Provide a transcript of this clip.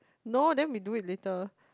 no then we do it later